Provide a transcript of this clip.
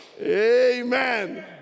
Amen